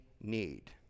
need